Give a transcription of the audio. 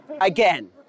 again